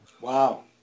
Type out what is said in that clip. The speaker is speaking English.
Wow